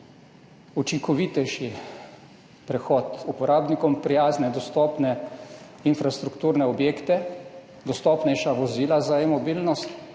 učinkovitejši prehod, uporabnikom prijazne, dostopne infrastrukturne objekte, dostopnejša vozila za e-mobilnost,